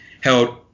held